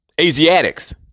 Asiatics